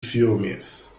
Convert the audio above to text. filmes